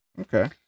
Okay